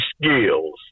skills